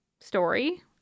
story